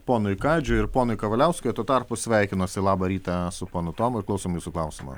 ponui kadžiui ir ponui kavaliauskui o tuo tarpu sveikinuosi labą rytą su ponu tomu ir klausom jūsų klausimo